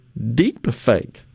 Deepfake